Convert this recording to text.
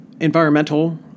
environmental